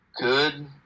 good